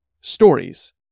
stories